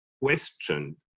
questioned